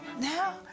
now